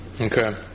Okay